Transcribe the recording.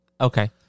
Okay